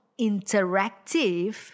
interactive